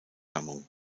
herkunft